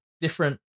different